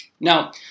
Now